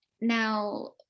Now